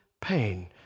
pain